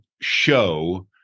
show